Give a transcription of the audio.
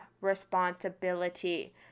responsibility